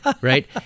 right